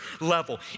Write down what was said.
level